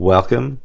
Welcome